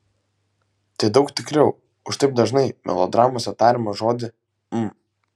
tai daug tikriau už taip dažnai melodramose tariamą žodį m